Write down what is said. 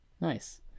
nice